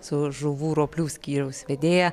su žuvų roplių skyriaus vedėja